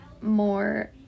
more